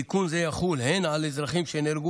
תיקון זה יחול הן על אזרחים שנהרגו